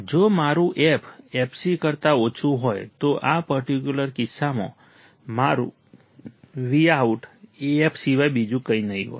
જો મારું f fc કરતાં ઓછું હોય તો આ પર્ટિક્યુલર કિસ્સામાં મારું Vout AF સિવાય બીજું કંઈ નહીં હોય